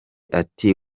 ati